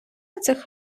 цих